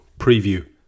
Preview